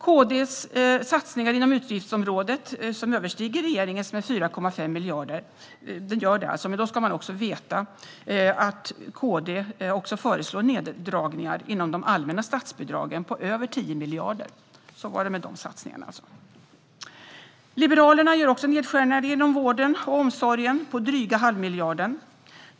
KD:s satsningar inom utgiftsområdet överstiger regeringens med 4,5 miljarder, men då ska man veta att KD också föreslår neddragningar inom de allmänna statsbidragen på över 10 miljarder. Så var det med de satsningarna. Liberalerna gör nedskärningar inom vården och omsorgen på dryga halvmiljarden.